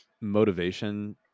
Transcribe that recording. motivation